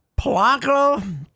Polanco